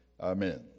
Amen